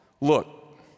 Look